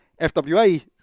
FWA